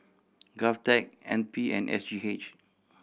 GovTech N P and S G H